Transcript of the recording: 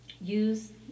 use